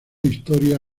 historia